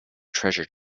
treasure